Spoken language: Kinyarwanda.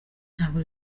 ntabwo